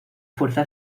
fuerza